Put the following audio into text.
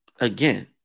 Again